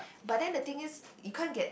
but then the thing is you can't get